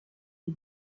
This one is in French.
des